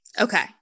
Okay